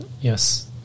yes